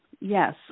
Yes